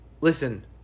Listen